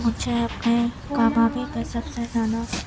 مجھے اپنے کامیابی میں سب سے زیادہ